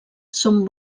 són